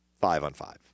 five-on-five